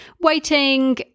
waiting